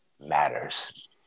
matters